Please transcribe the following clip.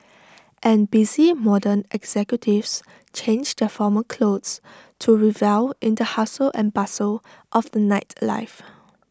and busy modern executives change their formal clothes to revel in the hustle and bustle of the nightlife